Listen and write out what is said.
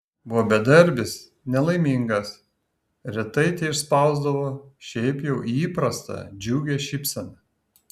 buvo bedarbis nelaimingas retai teišspausdavo šiaip jau įprastą džiugią šypseną